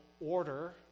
order